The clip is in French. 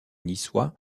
niçois